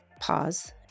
pause